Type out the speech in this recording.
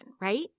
right